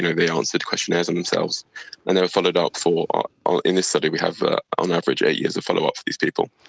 you know they answered questionnaires on themselves. and they were followed up for, in this study we have ah on average eight years of follow-up for these people.